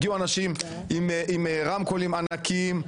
הגיעו אנשים עם רמקולים ענקיים,